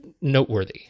noteworthy